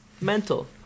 Mental